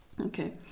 okay